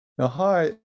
Hi